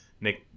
Nick